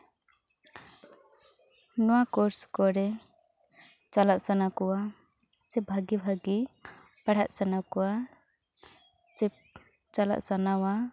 ᱱᱚᱣᱟ ᱠᱳᱨᱥ ᱠᱚᱨᱮ ᱪᱟᱞᱟᱜ ᱥᱟᱱᱟ ᱠᱚᱣᱟ ᱥᱮ ᱵᱷᱟᱜᱮᱼᱵᱷᱟᱜᱮ ᱯᱟᱲᱦᱟᱜ ᱥᱟᱱᱟ ᱠᱚᱣᱟ ᱥᱮ ᱪᱟᱞᱟᱜ ᱥᱟᱱᱟᱣᱟ